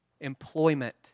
Employment